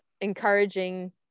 encouraging